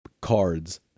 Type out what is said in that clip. cards